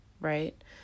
right